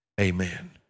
Amen